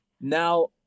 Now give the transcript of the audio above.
now